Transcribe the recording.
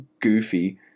goofy